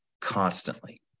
constantly